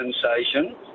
sensation